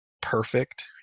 perfect